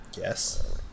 yes